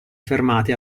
fermati